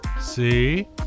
See